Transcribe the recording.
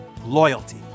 loyalty